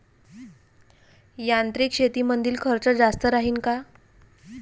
यांत्रिक शेतीमंदील खर्च जास्त राहीन का?